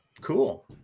cool